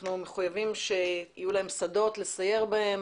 אנחנו מחויבים שיהיו להם שדות לסייר בהם,